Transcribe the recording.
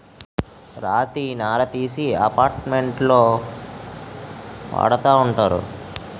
రాతి నార తీసి అపార్ట్మెంట్లో వాడతా ఉంటారు